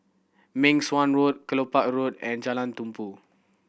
Meng Suan Road Kelopak Road and Jalan Tumpu